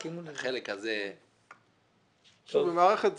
החלק שבמערכת סגורה.